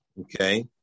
Okay